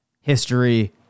history